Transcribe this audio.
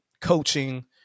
coaching